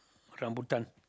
rambutan